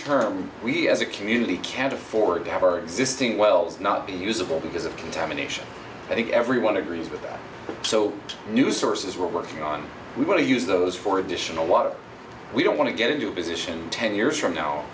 term we as a community can't afford to have our existing wells not be usable because of contamination i think everyone agrees with that so new sources we're working on we want to use those for additional water we don't want to get into a position ten years from now